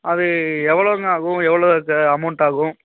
அது எவ்வளோங்க ஆகும் எவ்வளோ இது அமௌண்ட் ஆகும்